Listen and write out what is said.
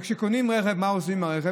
כשקונים רכב מה עושים עם הרכב?